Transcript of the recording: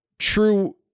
true